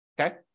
okay